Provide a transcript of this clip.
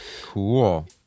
Cool